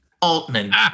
Altman